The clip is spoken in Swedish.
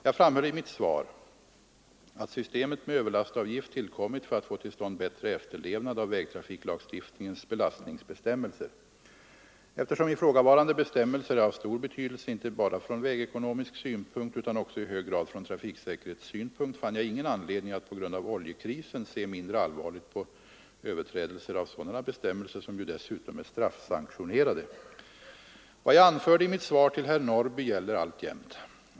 Jag framhöll i mitt svar att systemet med överlastavgift tillkommit för att få till stånd bättre efterlevnad av vägtrafiklagstiftningens belastningsbestämmelser. Eftersom ifrågavarande bestämmelser är av stor betydelse, inte bara från vägekonomisk synpunkt utan också i hög grad från trafiksäkerhetssynpunkt, fann jag ingen anledning att på grund av oljekrisen se mindre allvarligt på överträdelser av sådana bestämmelser, som ju dessutom är straffsanktionerade. Vad jag anförde i mitt svar till herr Norrby gäller alltjämt.